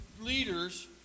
leaders